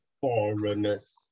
foreigners